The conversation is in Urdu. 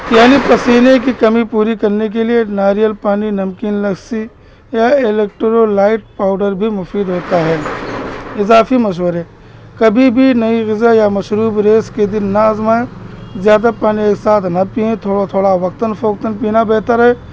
یعنی پسینے کی کمی پوری کرنے کے لیے ناریل پانی نمکن لسی یا الیکٹرو لائٹ پاؤڈر بھی مفید ہوتا ہے اضافی مشورے کبھی بھی نئی غذا یا مشروب ریس کے دن نا آزمائیں زیادہ پانی ایک ساتھ نہ پییں تھوڑا تھوڑا وقتاً فوقتاً پینا بہتر ہے